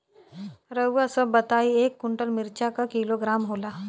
रउआ सभ बताई एक कुन्टल मिर्चा क किलोग्राम होला?